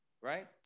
Right